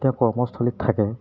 তেওঁ কৰ্মস্থলীত থাকে